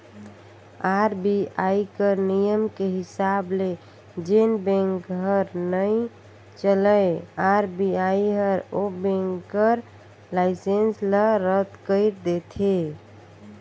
RBI कर नियम के हिसाब ले जेन बेंक हर नइ चलय आर.बी.आई हर ओ बेंक कर लाइसेंस ल रद कइर देथे